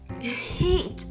heat